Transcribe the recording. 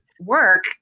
work